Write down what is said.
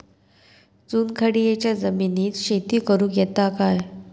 चुनखडीयेच्या जमिनीत शेती करुक येता काय?